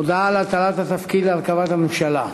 הודעה על הטלת התפקיד של הרכבת הממשלה.